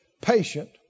patient